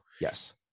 Yes